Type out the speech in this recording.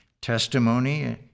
Testimony